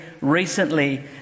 recently